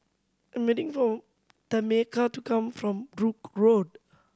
I am waiting for Tameka to come from Brooke Road